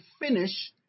finish